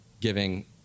giving